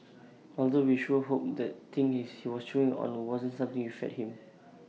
although we sure hope that thing he was chewing on wasn't something you fed him